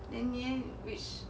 then 你 leh which